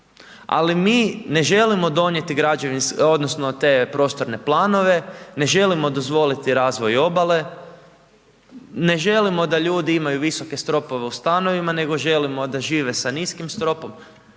Ali mi ne želimo donijeti građevinske odnosno te prostorne planove, ne želimo dozvoliti razvoj obale, ne želimo da ljudi imaju visoke stropove u stanovima nego želimo da žive sa niskim stropom,